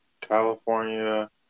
California